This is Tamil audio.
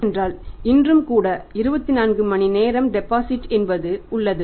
ஏனென்றால் இன்றும் கூட 24 மணிநேரம் டெபாசிட் என்பது உள்ளது